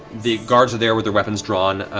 the guards are there with their weapons drawn.